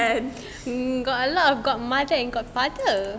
mm got a lot got mother and got father